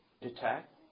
detect